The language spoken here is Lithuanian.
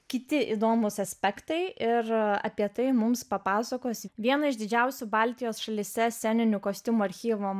kiti įdomūs aspektai ir apie tai mums papasakos vieno iš didžiausių baltijos šalyse sceninių kostiumų archyvo